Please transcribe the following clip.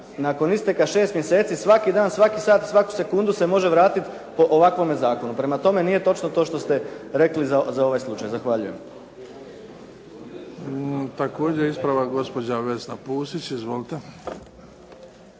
Nakon isteka 6 mjeseci, svaki dan, svaki sat, svaku sekundu se može vratiti po ovakvomu zakonu. Prema tome nije točno to što ste rekli za ovaj slučaj. Zahvaljujem. **Bebić, Luka (HDZ)** Također ispravak gospođa Vesna Pusić, izvolite.